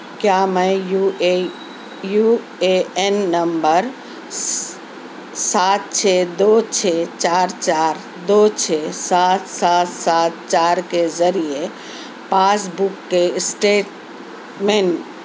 کیا میں U A U A N number سات چھ دو چھ چار چار دو چھ سات سات سات چار کے ذریعے پاس بُک کے اسٹیٹمنٹ